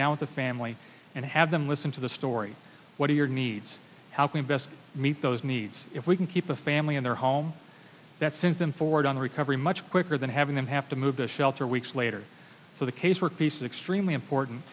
down with the family and have them listen to the story what are your needs how can best meet those needs if we can keep a family in their home that since them forward on recovery much quicker than having them have to move to shelter weeks later so the case we're peace is extremely important